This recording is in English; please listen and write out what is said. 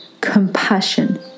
compassion